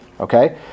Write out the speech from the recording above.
Okay